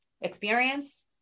Experience